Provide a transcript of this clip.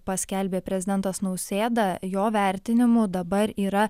paskelbė prezidentas nausėda jo vertinimu dabar yra